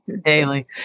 Daily